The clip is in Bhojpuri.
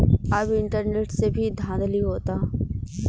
अब इंटरनेट से भी धांधली होता